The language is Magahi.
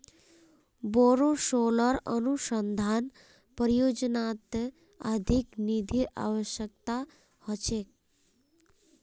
बोरो सोलर अनुसंधान परियोजनात अधिक निधिर अवश्यकता ह छेक